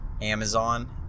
Amazon